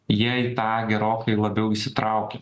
jei tą gerokai labiau įsitrauki